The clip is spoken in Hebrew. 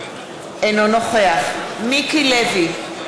אינו נוכח מיקי לוי,